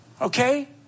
Okay